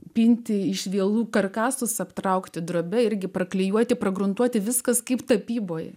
pinti iš vielų karkasus aptraukti drobe irgi praklijuoti pragruntuoti viskas kaip tapyboje